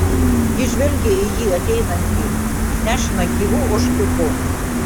ji žvelgė į jį ateinantį nešiną gyvu ožkiuku